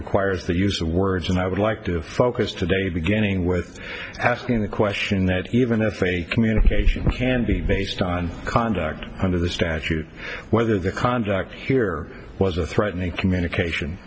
requires the use of words and i would like to focus today beginning with asking the question that even if a communication can be based on conduct under the statute whether the conduct here was a threatening communication